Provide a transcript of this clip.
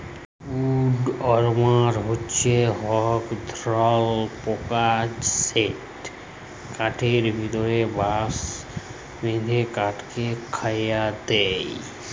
would worm হছে ইক ধরলর পকা যেট কাঠের ভিতরে বাসা বাঁধে কাঠকে খয়ায় দেই